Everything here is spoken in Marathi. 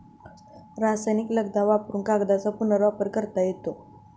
रासायनिक लगदा वापरुन कागदाचा पुनर्वापर करता येतो